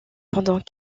pendant